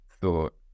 thought